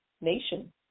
nation